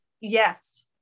Yes